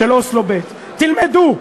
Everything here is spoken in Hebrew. של אוסלו ב' תלמדו,